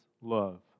love